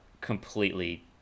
completely